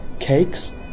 cakes